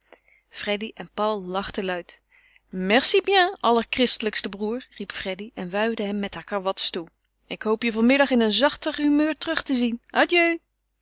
freddy en paul lachten luid merci bien allerchristelijkste broêr riep freddy en wuifde hem met hare karwats toe ik hoop je vanmiddag in een zachter humeur terug te zien